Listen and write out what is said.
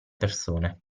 persone